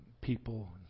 people